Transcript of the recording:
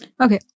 Okay